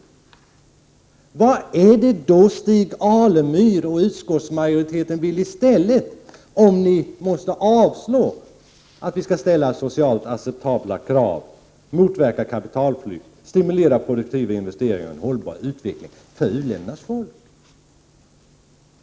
Vad är det då Stig Alemyr och utskottsmajoriteten vill i stället, om ni måste avstyrka vårt yrkande att vi skall ställa krav på att programmen skall vara socialt acceptabla, motverka kapitalflykt, stimulera produktiva investeringar och en hållbar utveckling för u-ländernas folk?